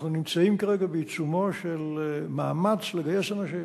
אנחנו נמצאים כרגע בעיצומו של מאמץ לגייס אנשים.